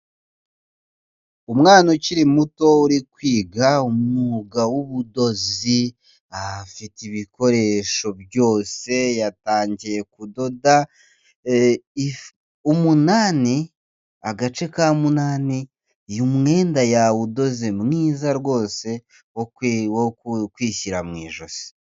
Umwana ukiri muto uri kwiga umwuga w'ubudozi afite ibikoresho byose yatangiye kudoda umunani, agace ka munani uyu mwenda yawudoze mwiza rwose wo kwishyira mu ijosi.